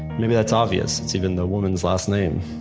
maybe that's obvious, it's even the woman's last name.